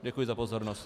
Děkuji za pozornost.